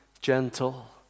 gentle